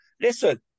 listen